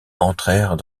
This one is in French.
entrèrent